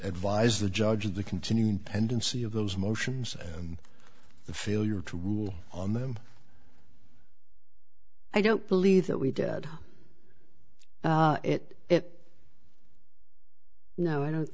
advise the judge of the continuing tendency of those motions and the failure to rule on them i don't believe that we did it it no i don't